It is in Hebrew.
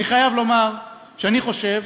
אני חייב לומר שאני חושב,